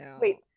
wait